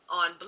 on